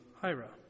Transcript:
Hira